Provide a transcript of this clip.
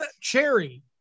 Cherry